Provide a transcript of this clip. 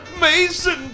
Mason